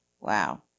Wow